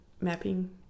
mapping